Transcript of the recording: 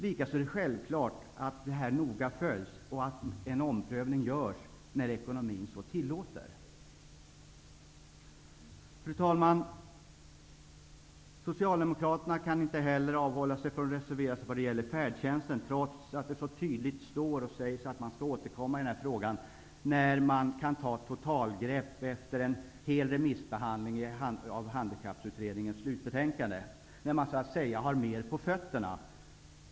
Det är också självklart att detta noga följs och att en omprövning görs när ekonomin så tillåter. Fru talman! Socialdemokraterna kan inte heller avhålla sig från att reservera sig när det gäller färdtjänsten, trots att det så tydligt står att regeringen skall återkomma i den frågan när man kan ta ett totalgrepp efter en hel remissbehandling av Handikapputredningens slutbetänkande. Då har man så att säga mer på fötterna.